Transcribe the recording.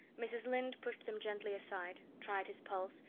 mrs. lynde pushed them gently aside, tried his pulse,